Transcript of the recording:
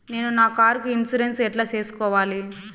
నేను నా కారుకు ఇన్సూరెన్సు ఎట్లా సేసుకోవాలి